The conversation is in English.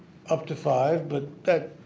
up to five but that